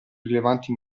rilevanti